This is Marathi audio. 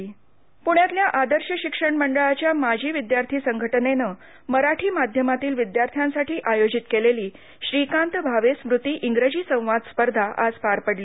इंग्रजी संवाद स्पर्धा पुण्यातल्या आदर्श शिक्षण मंडळाच्या माजी विद्यार्थी संघटनेनं मराठी माध्यमातील विद्यार्थ्यांसाठी आयोजित केलेली श्रीकांत भावे स्मृती इंग्रजी संवाद स्पर्धा आज पार पडली